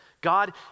God